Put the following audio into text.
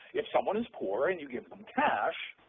if someone is poor and you give them cash,